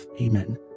Amen